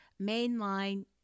mainline